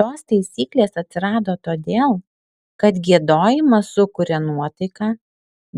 tos taisyklės atsirado todėl kad giedojimas sukuria nuotaiką